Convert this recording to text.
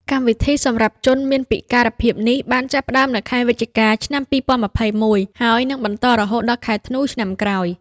កម្មវិធីសម្រាប់ជនមានពិការភាពនេះបានចាប់ផ្តើមនៅខែវិច្ឆិកា ឆ្នាំ ២០២១ ហើយនឹងបន្តរហូតដល់ខែធ្នូឆ្នាំក្រោយ។